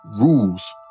rules